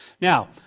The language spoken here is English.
Now